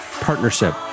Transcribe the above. partnership